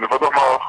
אתה לבד במערכה.